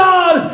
God